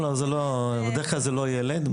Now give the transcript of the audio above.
לא, בדרך כלל זה לא ילד.